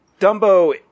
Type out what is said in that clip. Dumbo